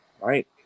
right